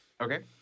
okay